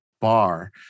bar